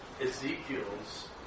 Ezekiel's